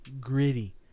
gritty